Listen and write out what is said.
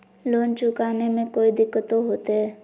Loan चुकाने में कोई दिक्कतों होते?